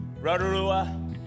Rotorua